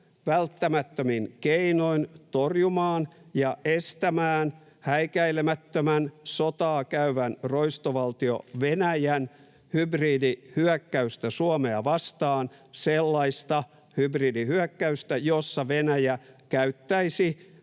välttämättömin keinoin torjumaan ja estämään häikäilemättömän, sotaa käyvän roistovaltio Venäjän hybridihyökkäystä Suomea vastaan, sellaista hybridihyökkäystä, jossa Venäjä käyttäisi